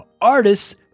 artists